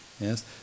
yes